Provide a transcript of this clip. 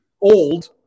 old